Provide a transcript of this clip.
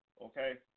Okay